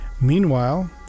Meanwhile